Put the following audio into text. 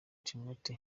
timothy